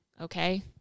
Okay